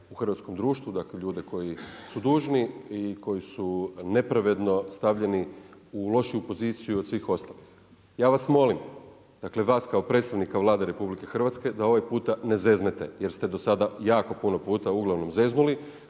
u hrvatskom društvu, dakle, ljude koji su dužni i koji su nepravedno stavljeni u lošiju poziciju od svih ostalih. Ja vas molim, dakle, vas kao predstavnike Vlade RH, da ovaj puta ne zeznete, jer ste do sada jako puno puta uglavnom zeznuli,